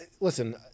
listen